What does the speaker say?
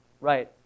Right